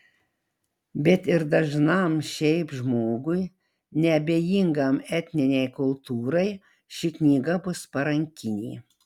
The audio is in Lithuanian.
bet ir dažnam šiaip žmogui neabejingam etninei kultūrai ši knyga bus parankinė